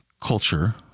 culture